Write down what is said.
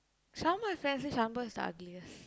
Shaan boy friend said Shaan boy is the ugliest